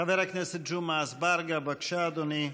חבר הכנסת ג'מעה אזברגה, בבקשה, אדוני.